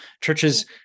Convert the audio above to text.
churches